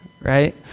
right